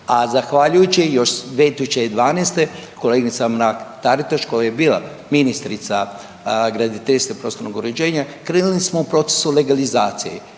a zahvaljujući još 2012. kolegica Mrak-Taritaš koja je bila ministrica graditeljstva i prostornog uređenja krenuli smo u procesu legalizacije